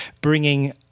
bringing